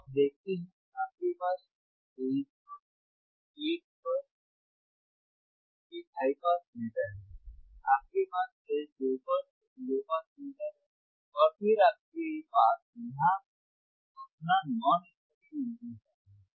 तो आप देखते हैं आपके पास स्टेज एक पर एक हाई पास फिल्टर है आपके पास स्टेज 2 पर एक लो पास फिल्टर है और फिर आपके पास यहां अपना नॉन इनवर्टिंग एम्पलीफायर है